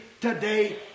today